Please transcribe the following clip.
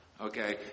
okay